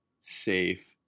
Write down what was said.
safe